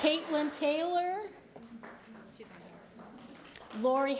caitlin taylor laurie